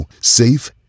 safe